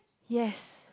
yes